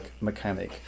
mechanic